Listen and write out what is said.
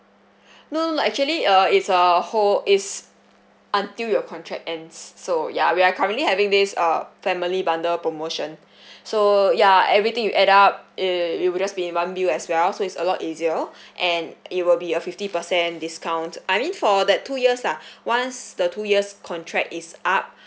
no no no actually err it's uh hold is until your contract ends so ya we're currently having days uh family bundle promotion so ya everything you add up it it would just be one view as well so it's a lot easier and it will be a fifty percent discount I mean for that two years lah once the two years contract is up